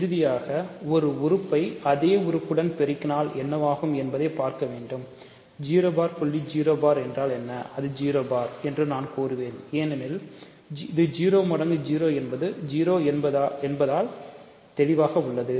இறுதியாக ஒரு உறுப்பை அதே உறுப்புடன் பெருக்கினார் என்னவாகும் என்பதை பார்க்க வேண்டும் 0 பார் என்றால் என்ன அது 0 பார் என்று நான் கூறுகிறேன் ஏனெனில் இது 0 மடங்கு 0 என்பது 0 என்பதால் தெளிவாக உள்ளது